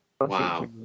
Wow